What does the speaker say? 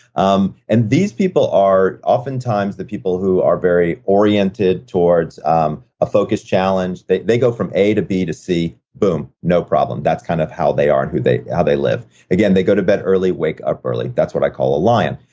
um and these people are oftentimes the people who are very oriented toward um a focus challenge. they they go from a to b to c, boom, no problem. that's kind of who they are and how they ah they live again, they go to bed early, wake up early. that's what i call a lion.